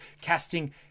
casting